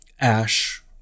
Ash